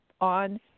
on